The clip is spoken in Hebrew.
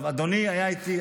אדוני היה איתי,